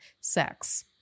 sex